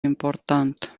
important